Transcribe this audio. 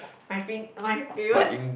!wah! my fa~ my favourite